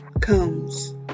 comes